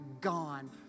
gone